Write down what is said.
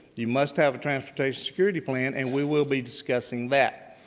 you must have a transportation security plan, and we will be discussing that.